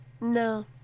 no